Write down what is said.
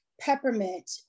peppermint